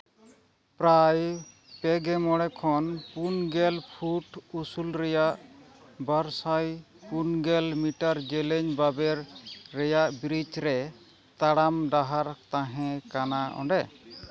ᱯᱨᱟᱭ ᱯᱮ ᱜᱮ ᱢᱚᱬᱮ ᱠᱷᱚᱱ ᱯᱩᱱ ᱜᱮᱞ ᱯᱷᱩᱴ ᱩᱥᱩᱞ ᱨᱮᱭᱟᱜ ᱵᱟᱨ ᱥᱟᱭ ᱯᱩᱱ ᱜᱮᱞ ᱢᱤᱴᱟᱨ ᱡᱮᱞᱮᱧ ᱵᱟᱵᱮᱨ ᱨᱮᱭᱟᱜ ᱵᱨᱤᱡᱽ ᱨᱮ ᱛᱟᱲᱟᱢ ᱰᱟᱦᱟᱨ ᱛᱟᱦᱮᱸ ᱠᱟᱱᱟ ᱚᱸᱰᱮ